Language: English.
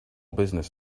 business